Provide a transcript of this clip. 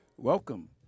Welcome